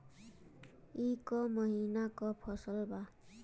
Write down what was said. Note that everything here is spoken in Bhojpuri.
ई क महिना क फसल बा?